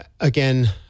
Again